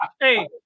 hey